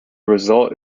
result